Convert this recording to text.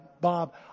Bob